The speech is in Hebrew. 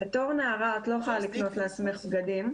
בתור נערה את לא יכולה לקנות לעצמך בגדים,